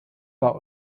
war